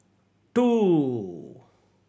two